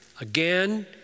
again